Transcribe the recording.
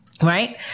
Right